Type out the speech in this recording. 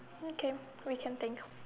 okay we can think